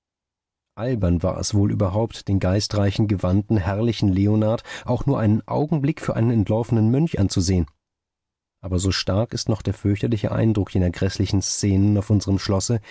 albern war es wohl überhaupt den geistreichen gewandten herrlichen leonard auch nur einen augenblick für einen entlaufenen mönch anzusehen aber so stark ist noch der fürchterliche eindruck jener gräßlichen szenen auf unserm schlosse